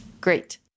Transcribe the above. Great